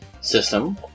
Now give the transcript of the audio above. system